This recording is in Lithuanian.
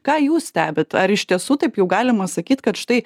ką jūs stebit ar iš tiesų taip jau galima sakyt kad štai